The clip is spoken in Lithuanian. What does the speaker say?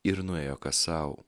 ir nuėjo kas sau